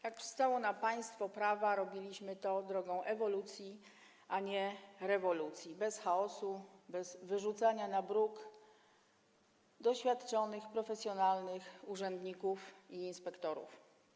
Jak przystało na państwo prawa, robiliśmy to drogą ewolucji, a nie rewolucji, bez chaosu, bez wyrzucania na bruk doświadczonych, profesjonalnych urzędników i inspektorów.